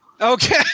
Okay